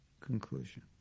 conclusion